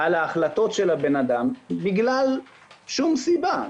על ההחלטות של הבן אדם בגלל שום סיבה.